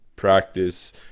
practice